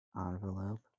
Envelope